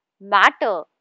matter